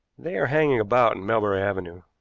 they are hanging about in melbury avenue.